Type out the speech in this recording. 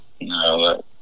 no